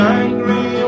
angry